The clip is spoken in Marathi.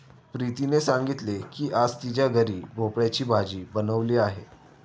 प्रीतीने सांगितले की आज तिच्या घरी भोपळ्याची भाजी बनवली आहे